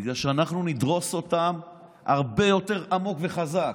בגלל שאנחנו נדרוס אותם הרבה יותר עמוק וחזק.